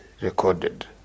recorded